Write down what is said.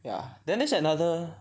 ya then there's another